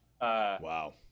Wow